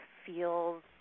feels